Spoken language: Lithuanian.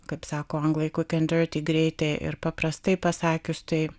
kaip sako anglai kokonduiti greitai ir paprastai pasakius tai